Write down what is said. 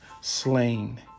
slain